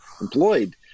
employed